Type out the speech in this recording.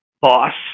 boss